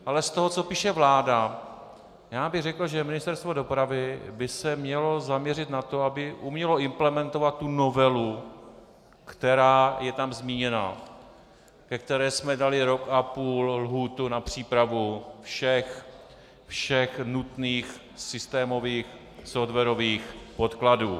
Ale z toho, co píše vláda, já bych řekl, že Ministerstvo dopravy by se mělo zaměřit na to, aby umělo implementovat novelu, která je tam zmíněna, ke které jsme dali rok a půl lhůtu na přípravu všech nutných systémových softwarových podkladů.